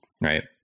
Right